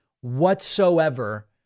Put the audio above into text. whatsoever